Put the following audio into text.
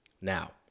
Now